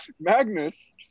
Magnus